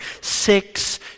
six